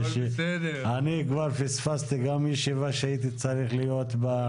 אני כבר פספסתי גם ישיבה שהייתי צריך להיות בה.